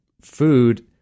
food